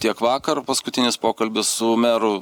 tiek vakar paskutinis pokalbis su meru